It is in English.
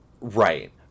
Right